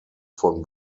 von